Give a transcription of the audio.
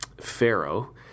Pharaoh